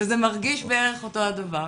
וזה מרגיש בערך אותו הדבר.